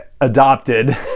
adopted